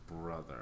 brother